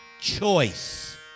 choice